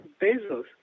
Bezos